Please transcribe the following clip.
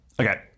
Okay